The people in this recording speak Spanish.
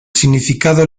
significado